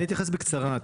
אני אתייחס בקצרה.